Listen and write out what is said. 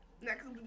Next